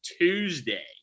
Tuesday